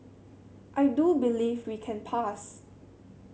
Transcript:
I do believe we can pass